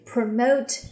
Promote